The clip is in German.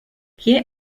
hier